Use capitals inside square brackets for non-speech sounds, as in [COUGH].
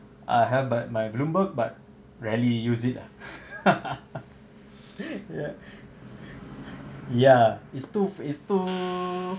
I have my my bloomberg but rarely use it ah [LAUGHS] yeah yeah it's too is too